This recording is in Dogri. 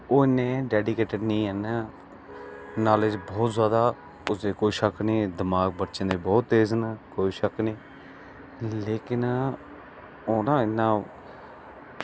ओह् नेहं डेडीकेटेड निं हैन नॉलेज़ बहुत जादा ते एह्दे ई कोई शक्क निं जदमाग बच्चें दे बहुत तेज़ न कोई शक्क निं लेकिन होना इंया